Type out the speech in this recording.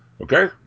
Okay